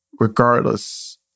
Regardless